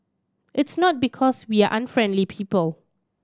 it's not because we are unfriendly people